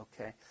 Okay